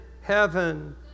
heaven